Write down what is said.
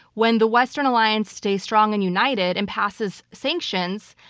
when the western alliance stays strong and united and passes sanctions,